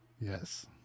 Yes